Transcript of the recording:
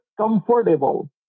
comfortable